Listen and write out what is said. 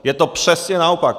Je to přesně naopak!